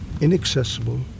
inaccessible